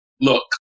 Look